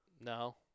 No